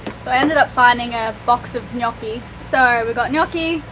so i ended up finding a box of gnocchi. so we got gnocchi,